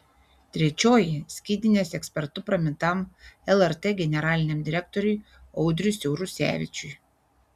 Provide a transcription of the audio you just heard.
trečioji skydinės ekspertu pramintam lrt generaliniam direktoriui audriui siaurusevičiui